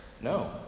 No